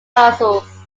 puzzles